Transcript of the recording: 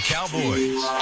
Cowboys